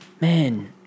man